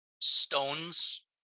stones